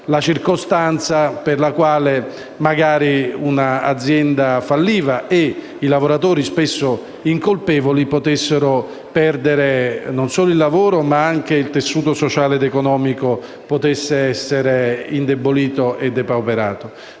la circostanza per la quale magari un'azienda falliva e i lavoratori, spesso incolpevoli, potessero perdere il lavoro, oltre al fatto che anche il tessuto sociale ed economico rischierebbe di essere indebolito e depauperato